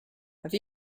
have